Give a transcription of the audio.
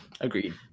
agreed